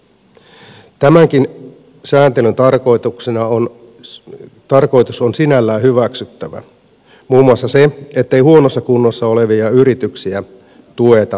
tämänkin sääntelyn tarkoitus on sinällään hyväksyttävä muun muassa se ettei huonossa kunnossa olevia yrityksiä tueta valtion varoin